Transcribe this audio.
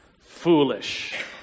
foolish